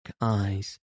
eyes